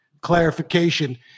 clarification